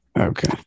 Okay